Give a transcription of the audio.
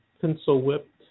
pencil-whipped